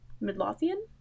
midlothian